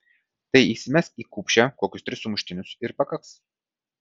tai įsimesk į kupšę kokius tris sumuštinius ir pakaks